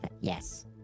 Yes